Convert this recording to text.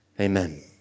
Amen